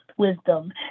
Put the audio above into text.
Wisdom